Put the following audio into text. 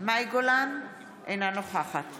מאי גולן, אינה נוכחת